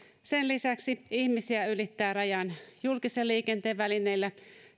sen lisäksi ihmisiä ylittää rajan julkisen liikenteen välineillä